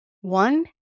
One